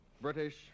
British